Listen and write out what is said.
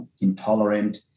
intolerant